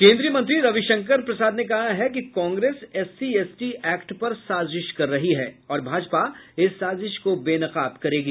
केन्द्रीय मंत्री रविशंकर प्रसाद ने कहा है कि कांग्रेस एससी एसटी एक्ट पर साजिश कर रही है और भाजपा इस साजिश को बेनकाब करेगी